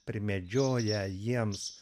primedžioja jiems